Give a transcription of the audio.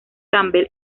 campbell